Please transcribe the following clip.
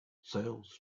sales